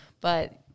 but-